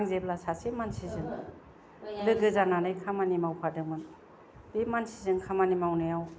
आं जेब्ला सासे मानसिजों लोगो जानानै खामानि मावफादोंमोन बे मानसिजों खामानि मावनायाव